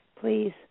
Please